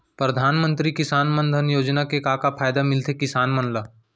परधानमंतरी किसान मन धन योजना के का का फायदा मिलथे किसान मन ला?